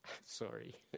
Sorry